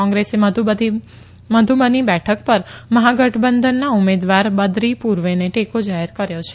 કોંગ્રેસે મધુબની બેઠક પર મહાગઠબંધનના ઉમેદવાર બદરી પુર્વેને ટેકો જાહેર કર્યો છે